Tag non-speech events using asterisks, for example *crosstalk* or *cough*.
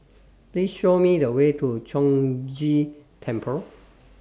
Please Show Me The Way to Chong Ghee Temple *noise*